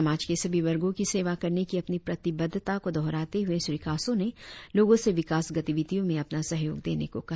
समाज के सभी वर्गों की सेवा करने की अपनी प्रतिबद्धता को दोहराते हुए श्री कासो ने लोगों से विकास गतिविधियों में अपना सहयोग देने को कहा